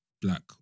black